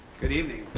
good evening.